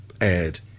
aired